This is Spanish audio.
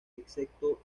excepto